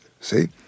see